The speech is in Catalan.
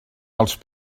els